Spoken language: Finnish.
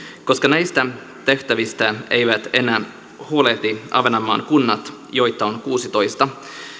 koska näistä tehtävistä eivät enää huolehdi ahvenanmaan kunnat joita on kuusitoista